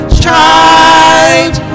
child